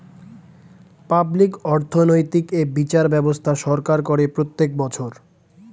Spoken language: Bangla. পাবলিক অর্থনৈতিক এ বিচার ব্যবস্থা সরকার করে প্রত্যেক বছর